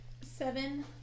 Seven